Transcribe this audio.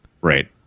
Right